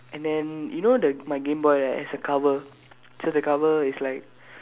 and then you know the my game boy right has a cover so the cover is like